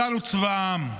צה"ל הוא צבא העם,